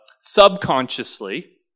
subconsciously